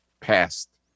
past